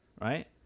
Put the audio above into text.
right